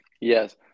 Yes